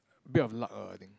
a bit of luck err I think